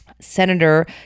Senator